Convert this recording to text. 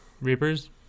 Reapers